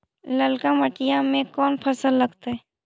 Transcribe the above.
ललका मट्टी में कोन फ़सल लगतै?